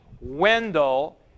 Wendell